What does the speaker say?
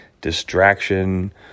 distraction